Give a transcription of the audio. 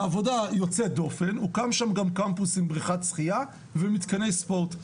בעבודה יוצאת דופן הוקם שם גם קמפוס עם בריכת שחיה ומתקני ספורט.